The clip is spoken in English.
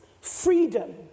freedom